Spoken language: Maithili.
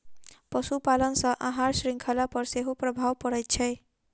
पशुपालन सॅ आहार शृंखला पर सेहो प्रभाव पड़ैत छै